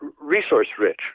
resource-rich